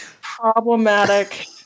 problematic